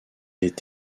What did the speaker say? est